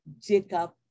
Jacob